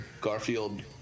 Garfield